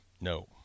No